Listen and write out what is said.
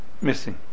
missing